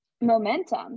Momentum